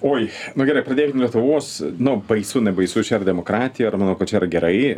oi nu gerai pradėkim nuo lietuvos nu baisu nebaisu čia yra demokratija ir manau kad čia yra gerai